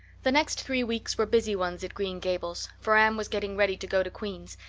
the next three weeks were busy ones at green gables, for anne was getting ready to go to queen's,